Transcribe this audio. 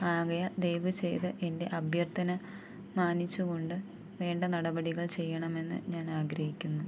ആകയാൽ ദയവുചെയ്ത് എൻ്റെ അഭ്യർത്ഥന മാനിച്ചുകൊണ്ട് വേണ്ട നടപടികൾ ചെയ്യണമെന്ന് ഞാൻ ആഗ്രഹിക്കുന്നു